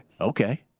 Okay